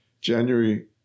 January